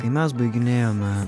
kai mes baiginėjome